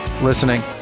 listening